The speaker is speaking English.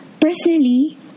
Personally